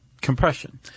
compression